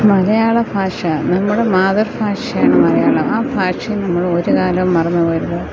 മലയാള ഭാഷ നമ്മുടെ മാതൃ ഭാഷയാണ് മലയാളം ആ ഭാഷയെ നമ്മളൊരു കാലവും മറന്നുപോകരുത്